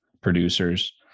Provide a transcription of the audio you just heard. producers